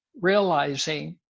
realizing